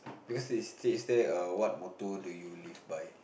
because it states there err what motto do you live by